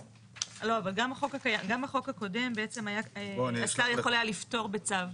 לא, אבל גם החוק הקודם בעצם יכול היה לפטור בצו.